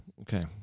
Okay